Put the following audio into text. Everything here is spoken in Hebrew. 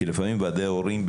כי לפעמים ועדי ההורים,